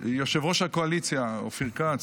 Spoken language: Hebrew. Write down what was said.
יושב-ראש הקואליציה אופיר כץ,